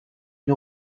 une